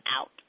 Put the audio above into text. out